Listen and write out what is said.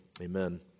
Amen